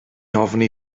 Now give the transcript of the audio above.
ofni